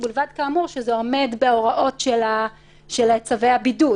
ובלבד כאמור שזה עומד בהוראות של צווי הבידוד.